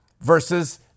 Versus